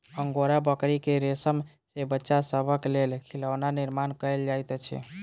angora बकरी के रेशम सॅ बच्चा सभक लेल खिलौना निर्माण कयल जाइत अछि